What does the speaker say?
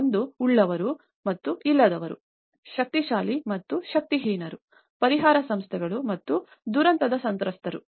ಒಂದು ಉಳ್ಳವರು ಮತ್ತು ಇಲ್ಲದವರು ಶಕ್ತಿಶಾಲಿ ಮತ್ತು ಶಕ್ತಿಹೀನರು ಪರಿಹಾರ ಸಂಸ್ಥೆಗಳು ಮತ್ತು ದುರಂತದ ಸಂತ್ರಸ್ತರು